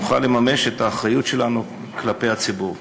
נוכל לממש את האחריות שלנו כלפי הציבור.